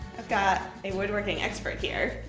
i've got a woodworking expert here.